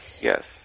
yes